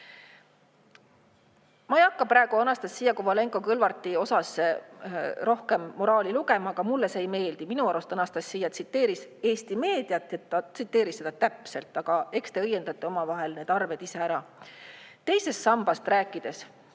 Ma ei hakka praegu Anastassia Kovalenko-Kõlvarti teemal rohkem moraali lugema, aga mulle toimunu ei meeldi. Minu arust Anastassia tsiteeris Eesti meediat, ja ta tsiteeris seda täpselt. Aga eks te õiendate omavahel need arved ise ära. Teisest sambast rääkides